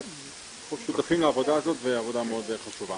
אנחנו שותפים לעבודה הזאת והיא עבודה מאוד חשובה.